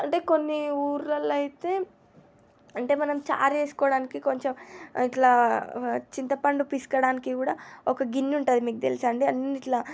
అంటే కొన్ని ఊరులలో అయితే అంటే మనం చారు చేస్కోవడానికి కొంచెం ఇట్లా చింతపండు పిసకడానికి కూడా ఒక గిన్నె ఉంటుంది మీకు తెలుసా అండి అన్ని ఇట్లా